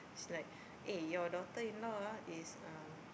is like eh your daughter in law ah is um